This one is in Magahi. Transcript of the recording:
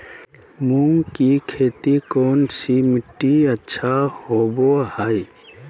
मूंग की खेती कौन सी मिट्टी अच्छा होबो हाय?